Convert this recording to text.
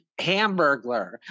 hamburglar